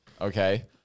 Okay